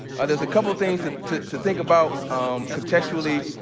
there's a couple things ah to to think about contextually.